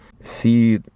see